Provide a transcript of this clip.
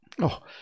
Oh